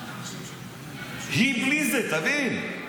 היא בלי זה, תבין.